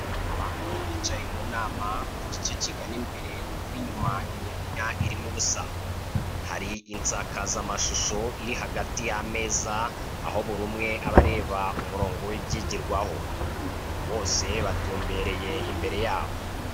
Abantu bicaye mu nama ku gice kigana imbere kuko inyuma imyanya irimo ubusa, hari insakazamashusho iri hagati y'ameza aho buri umwe aba areba umurongo w'ibyigirwaho bose batumbereye imbere yabo.